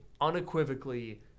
unequivocally